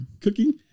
cooking